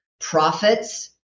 profits